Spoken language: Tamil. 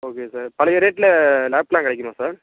ஓகே சார் பழைய ரேட்டில் லேப்லாம் கிடைக்குமா சார்